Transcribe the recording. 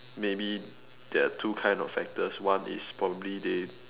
maybe there're two kind of factors one is probably they